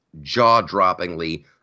jaw-droppingly